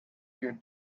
your